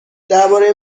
درباره